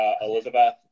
Elizabeth